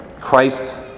Christ